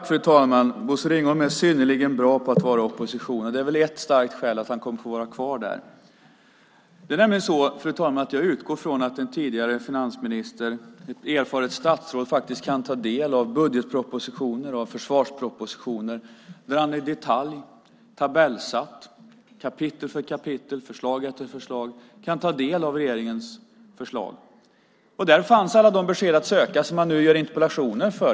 Fru talman! Bosse Ringholm är synnerligen bra på att vara i opposition; det är väl ett starkt skäl till att han kommer att få vara kvar där. Det är nämligen så, fru talman, att jag utgår från att en tidigare finansminister, ett erfaret statsråd, faktiskt kan ta del av budgetpropositioner, av försvarspropositioner där han i detalj, tabellsatt i kapitel för kapitel och förslag efter förslag, kan ta del av regeringens förslag. Där fanns alla de besked att finna som han nu ställer interpellationer om.